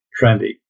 trendy